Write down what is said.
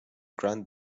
grant